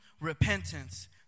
repentance